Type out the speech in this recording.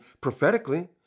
prophetically